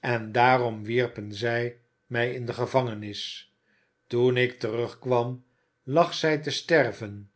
en daarom wierpen zij mij in de gevangenis toen ik terugkwam lag zij te sterven